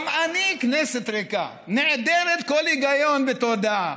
גם אני, כנסת ריקה, נעדרת כל היגיון ותודעה,